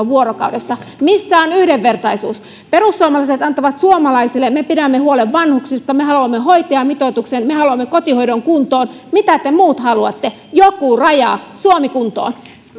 vuorokaudessa missä on yhdenvertaisuus perussuomalaiset antavat suomalaisille me pidämme huolen vanhuksista me haluamme hoitajamitoituksen me haluamme kotihoidon kuntoon mitä te muut haluatte joku raja suomi kuntoon